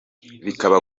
bikaba